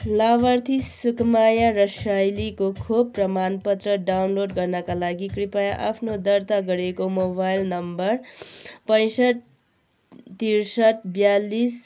लाभार्थी सुकुमाया रसाइलीको खोप प्रमाणपत्र डाउनलोड गर्नाका लागि कृपया आफ्नो दर्ता गरिएको मोबाइल नम्बर पैसठ तिर्सठ ब्यालिस